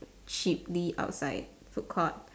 cheaply outside food court